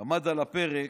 עמד על הפרק,